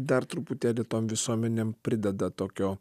dar truputėlį tom visuomenėm prideda tokio